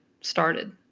started